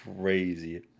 crazy